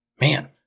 man